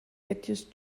edges